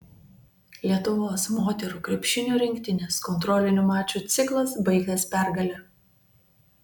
lietuvos moterų krepšinio rinktinės kontrolinių mačų ciklas baigtas pergale